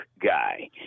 guy